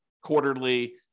quarterly